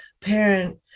parent